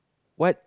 what